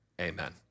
amen